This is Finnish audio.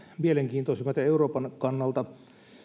mielenkiintoisimmat ja euroopan kannalta